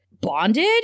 bonded